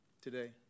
today